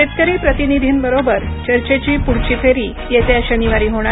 शेतकरी प्रतिनिधींबरोबर चर्चेची पुढची फेरी येत्या शनिवारी होणार